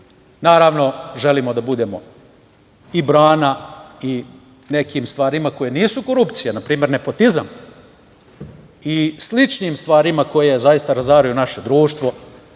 sistemu. Naravno, želimo da budemo i brana i nekim stvarima koje nisu korupcija, npr. nepotizam i sličnim stvarima koje razaraju naše društvo,